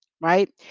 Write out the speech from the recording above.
right